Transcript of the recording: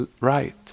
right